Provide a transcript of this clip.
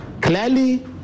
Clearly